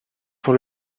pour